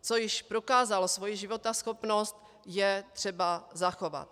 Co již prokázalo svoji životaschopnost, je třeba zachovat.